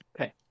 Okay